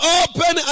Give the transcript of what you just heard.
open